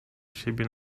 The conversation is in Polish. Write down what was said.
siebie